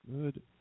Good